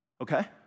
Okay